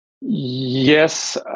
yes